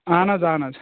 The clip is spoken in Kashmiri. اَہن حظ اَہن حظ